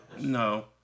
no